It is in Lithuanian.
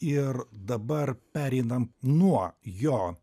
ir dabar pereinam nuo jo